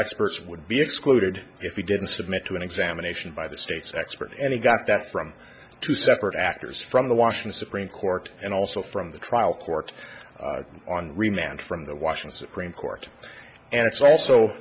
experts would be excluded if you didn't submit to an examination by the state's expert any got that from two separate actors from the washington supreme court and also from the trial court on remand from the washing supreme court and it's also